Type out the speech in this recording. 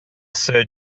sir